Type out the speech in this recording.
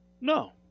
No